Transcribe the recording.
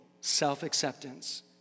self-acceptance